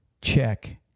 check